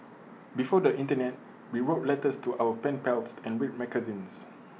before the Internet we wrote letters to our pen pals and read magazines